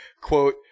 quote